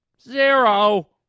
Zero